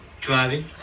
driving